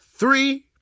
three